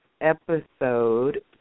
episode